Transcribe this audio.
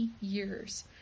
years